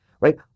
right